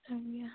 ଆଜ୍ଞା